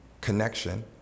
connection